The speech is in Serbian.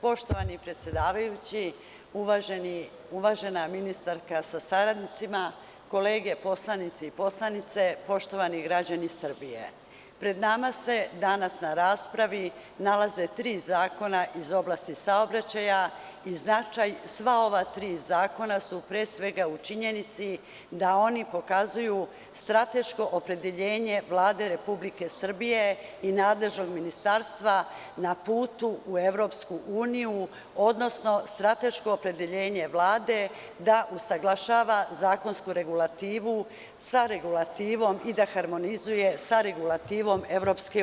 Poštovani predsedavajući, uvažena ministarko sa saradnicima, kolege poslanici i poslanice, poštovani građani Srbije, pred nama se danas na raspravi nalaze tri zakona iz oblasti saobraćaja i značaj sva ova tri zakona su pre svega u činjenici da oni pokazuju strateško opredeljenje Vlade Republike Srbije i nadležnog ministarstva na putu u EU, odnosno strateško opredeljenje Vlade da usaglašava zakonsku regulativu sa regulativom i da harmonizuje sa regulativom EU.